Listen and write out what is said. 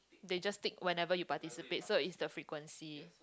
they just tick whenever you participate so is the frequency